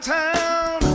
town